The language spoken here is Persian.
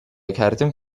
کردیم